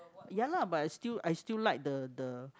ya lah but I still I still like the the